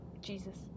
Jesus